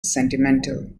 sentimental